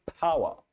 power